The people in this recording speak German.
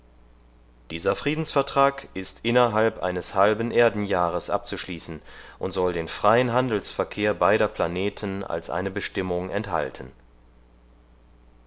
dieser friedensvertrag ist innerhalb eines halben erdenjahres abzuschließen und soll den freien handelsverkehr beider planeten als eine bestimmung enthalten